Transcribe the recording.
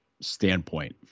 standpoint